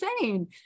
insane